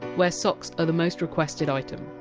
where socks are the most requested item.